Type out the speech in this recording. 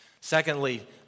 Secondly